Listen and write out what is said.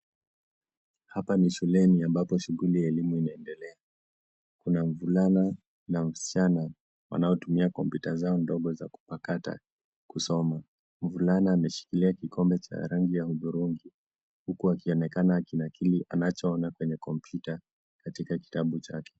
Hapa ni shuleni ambapo shughuli ya elimu inaendelea. Kuna mvulana na msichana wanaotumia kompyuta zao ndogo za kupakata kusoma. Mvulana ameshikilia kikombe cha rangi ya hudhurungi huku akionekana akinakili anacho ona kwenye kompyuta katika kitabu chake.